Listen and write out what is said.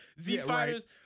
Z-Fighters